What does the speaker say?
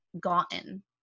gotten